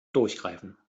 durchgreifen